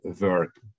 work